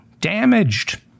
damaged